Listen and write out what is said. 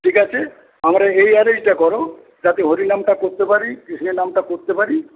ঠিক আছে আমারা এই করো যাতে হরিনামটা করতে পারি কৃষ্ণের নামটা করতে পারি